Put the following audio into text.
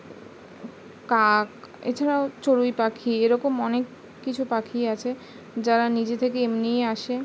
কাক এছাড়াও চরুই পাখি এরকম অনেক কিছু পাখি আছে যারা নিজে থেকে এমনিই আসে